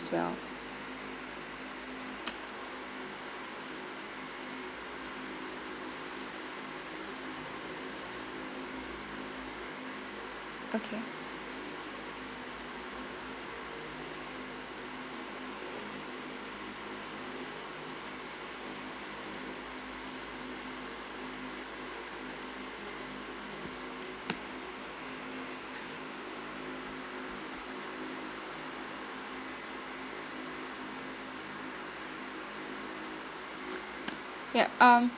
as well okay ya um